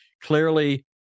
Clearly